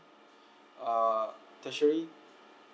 uh tertiary